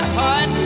tight